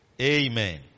Amen